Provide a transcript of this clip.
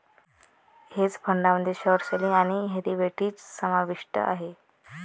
hedge फंडामध्ये short selling आणि derivatives समाविष्ट आहेत